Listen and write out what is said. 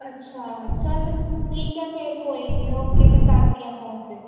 ਅੱਛਾ ਚਲ ਠੀਕ ਹੈ ਫੇਰ ਕੋਈ ਨਹੀਂ ਓਕੇ ਮੈਂ ਕਰਦੀ ਹਾਂ ਫੋਨ ਫੇਰ